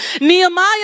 Nehemiah